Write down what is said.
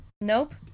Nope